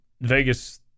Vegas